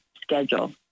schedule